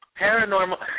paranormal